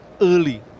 early